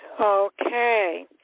okay